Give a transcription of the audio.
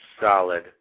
solid